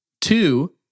Two